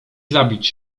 zabić